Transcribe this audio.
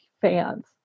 fans